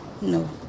no